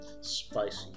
spicy